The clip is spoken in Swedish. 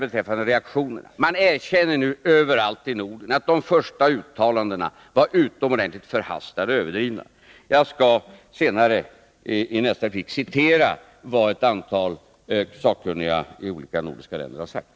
Beträffande reaktionerna vill jag bara säga att man nu överallt i Norden erkänner att de första uttalandena var utomordentligt förhastade och överdrivna. Jag skall i nästa replik citera vad ett antal sakkunniga i olika nordiska länder har sagt.